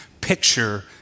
picture